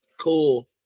Cool